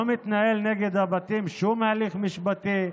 לא מתנהל נגד הבתים שום הליך משפטי,